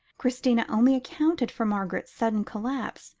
christina only accounted for margaret's sudden collapse,